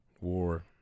War